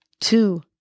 two